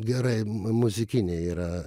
gerai m muzikiniai yra